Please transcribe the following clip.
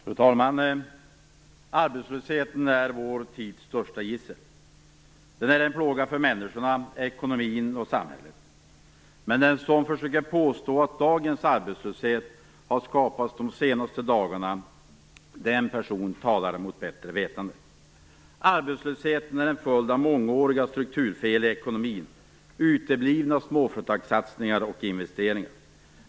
Fru talman! Arbetslösheten är vår tids största gissel. Den är en plåga för människorna, ekonomin och samhället. Men den som försöker påstå att dagens arbetslöshet har skapats de senaste dagarna talar mot bättre vetande. Arbetslösheten är en följd av mångåriga strukturfel i ekonomin, uteblivna småföretagssatsningar och investeringar.